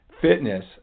fitness